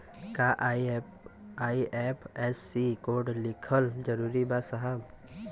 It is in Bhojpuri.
का आई.एफ.एस.सी कोड लिखल जरूरी बा साहब?